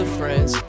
friends